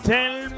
Tell